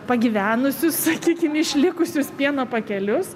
pagyvenusius sakykim išlikusius pieno pakelius